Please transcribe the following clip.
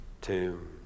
tomb